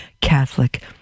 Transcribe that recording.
catholic